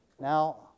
Now